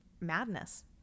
madness